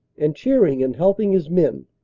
and cheer ing and helping his men.